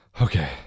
okay